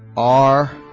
are